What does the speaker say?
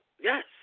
yes